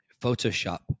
Photoshop